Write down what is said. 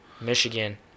michigan